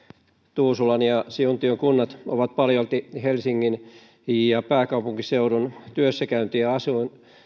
tuusulan ja siuntion kunnat ovat paljolti helsingin ja pääkaupunkiseudun työssäkäynti ja